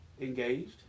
Engaged